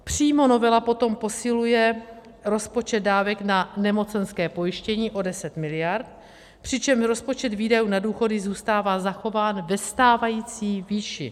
Přímo novela potom posiluje rozpočet dávek na nemocenské pojištění o 10 mld., přičemž rozpočet výdajů na důchody zůstává zachován ve stávající výši.